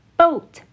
Boat